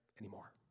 anymore